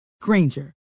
Granger